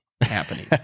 happening